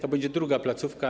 To będzie druga placówka.